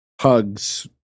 hugs